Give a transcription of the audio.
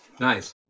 Nice